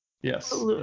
yes